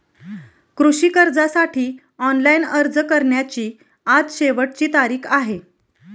कृषी कर्जासाठी ऑनलाइन अर्ज करण्याची आज शेवटची तारीख आहे